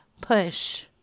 push